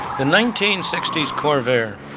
the nineteen sixty s corvair,